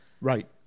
Right